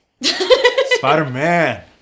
Spider-Man